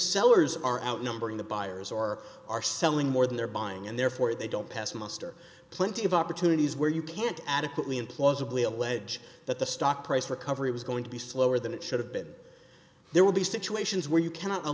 sellers are outnumbering the buyers or are selling more than they're buying and therefore they don't pass muster plenty of opportunities where you can't adequately implausibly allege that the stock price recovery was going to be slower than it should have been there will be situations where you cannot